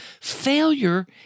Failure